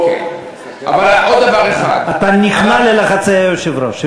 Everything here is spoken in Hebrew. אתה נכנע ללחצי היושב-ראש.